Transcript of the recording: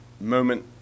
moment